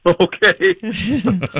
Okay